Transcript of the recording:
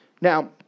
Now